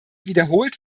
wiederholt